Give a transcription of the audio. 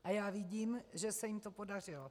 A já vidím, že se jim to podařilo.